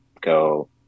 go